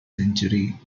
century